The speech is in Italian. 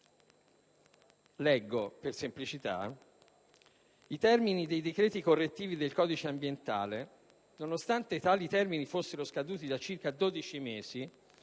di riaprire i termini dei decreti correttivi del codice ambientale nonostante tali termini fossero scaduti da circa dodici